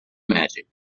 magic